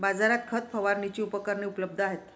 बाजारात खत फवारणीची उपकरणे उपलब्ध आहेत